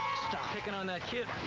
stop picking on that kid!